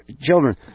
children